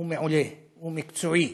הוא מעולה, הוא מקצועי,